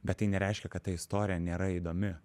bet tai nereiškia kad ta istorija nėra įdomi